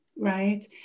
right